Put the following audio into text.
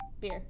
Beer